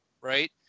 right